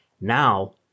now